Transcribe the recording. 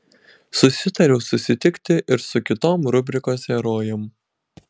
susitariau susitikti ir su kitom rubrikos herojėm